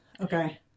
okay